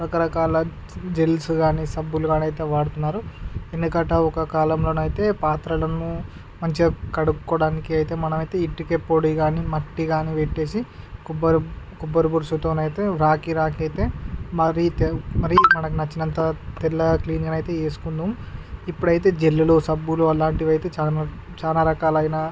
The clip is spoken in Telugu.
రకరకాల జెల్స్ సబ్బులు కానీ అయితే వాడుతున్నారు వెనకట ఒక కాలంలో అయితే పాత్రలను మంచిగా కడుక్కోవడానికి అయితే మనమైతే ఇటుక పొడి కానీ మట్టి కానీపెట్టేసి కొబ్బరి కొబ్బరి బురుసుతోనైతే రాకి రాకి అయితే మరి మనకి నచ్చినంత తెల్ల క్లీన్గా అయితే చేసుకున్నాము ఇప్పుడైతే జల్లులు సబ్బులు అలాంటివి అయితే చాలా చాలా రకాలైన